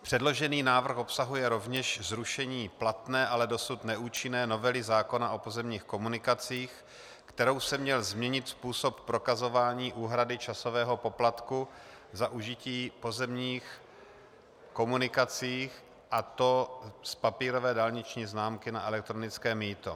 Předložený návrh obsahuje rovněž zrušení platné, ale dosud neúčinné novely zákona o pozemních komunikacích, kterou se měl změnit způsob prokazování úhrady časového poplatku za užití pozemních komunikací, a to z papírové dálniční známky na elektronické mýto.